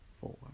four